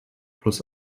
plus